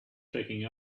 checking